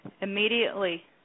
Immediately